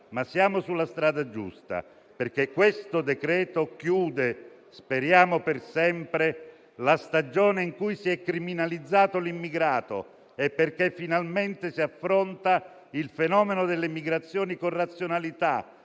ma siamo sulla strada giusta perché questo decreto chiude, speriamo per sempre, la stagione in cui si è criminalizzato l'immigrato e perché finalmente si affronta il fenomeno delle migrazioni con razionalità,